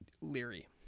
leery